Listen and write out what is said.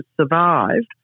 survived